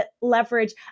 leverage